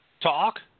talk